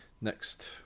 next